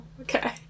Okay